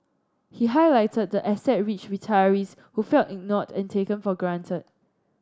he highlighted the asset rich retirees who felt ignored and taken for granted